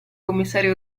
commissario